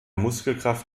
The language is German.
muskelkraft